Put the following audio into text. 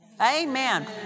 Amen